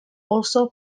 also